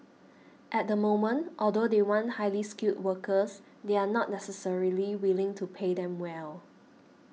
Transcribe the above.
at the moment although they want highly skilled workers they are not necessarily willing to pay them well